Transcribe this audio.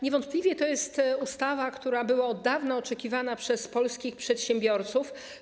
Niewątpliwie to jest ustawa, która była od dawna oczekiwana przez polskich przedsiębiorców.